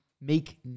make